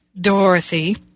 Dorothy